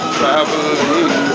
traveling